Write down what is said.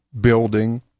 building